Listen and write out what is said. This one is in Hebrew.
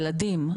ילדים,